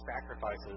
sacrifices